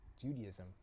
Judaism